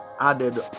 added